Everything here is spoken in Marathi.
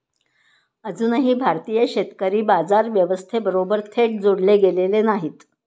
अजूनही भारतीय शेतकरी बाजार व्यवस्थेबरोबर थेट जोडले गेलेले नाहीत